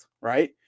right